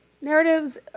narratives